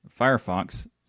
Firefox